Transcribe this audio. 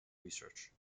research